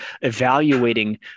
evaluating